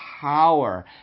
Power